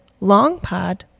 LONGPOD